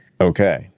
Okay